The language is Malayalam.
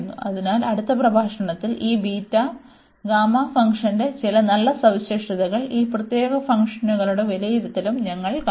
അതിനാൽ അടുത്ത പ്രഭാഷണത്തിൽ ഈ ബീറ്റ ഗാമാ ഫംഗ്ഷന്റെ ചില നല്ല സവിശേഷതകളും ഈ പ്രത്യേക ഫംഗ്ഷനുകളുടെ വിലയിരുത്തലും ഞങ്ങൾ കാണും